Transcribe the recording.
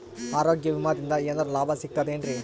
ಆರೋಗ್ಯ ವಿಮಾದಿಂದ ಏನರ್ ಲಾಭ ಸಿಗತದೇನ್ರಿ?